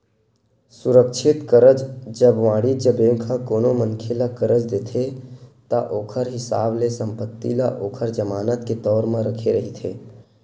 सुरक्छित करज, जब वाणिज्य बेंक ह कोनो मनखे ल करज देथे ता ओखर हिसाब ले संपत्ति ल ओखर जमानत के तौर म रखे रहिथे